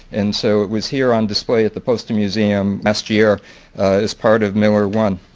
and so it was here on display at the postal museum last year as part of miller one.